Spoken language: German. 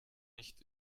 nicht